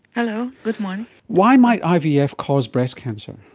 hello, good morning. why might ivf yeah ivf cause breast cancer?